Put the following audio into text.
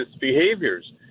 behaviors